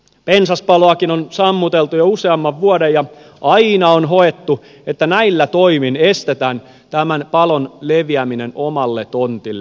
pensaspaloakin on sammuteltu jo useamman vuoden ja aina on hoettu että näillä toimin estetään tämän palon leviäminen omalle tontille